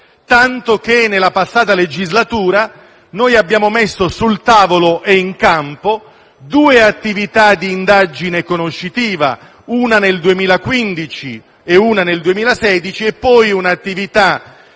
tanto che nella passata legislatura abbiamo messo sul tavolo e in campo due attività di indagine conoscitiva, una nel 2015 e una nel 2016, e poi un'attività